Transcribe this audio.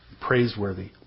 praiseworthy